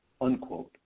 unquote